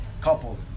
Couple